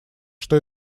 что